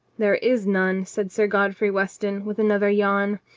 there is none, said sir godfrey weston with another yawn.